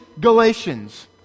Galatians